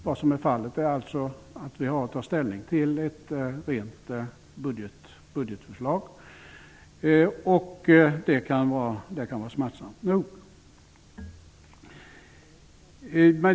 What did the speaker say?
Vi har att ta ställning till ett rent budgetförslag. Det kan vara smärtsamt nog.